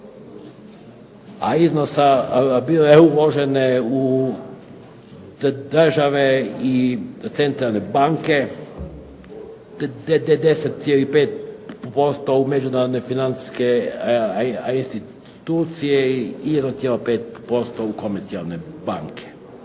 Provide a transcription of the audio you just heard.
iznosa bile uložene u države i centralne banke 10,5% u međunarodne financijske institucije i 1,5% u komercijalne banke.